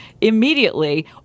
immediately